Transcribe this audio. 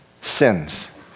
sins